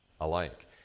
alike